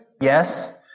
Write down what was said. Yes